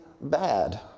bad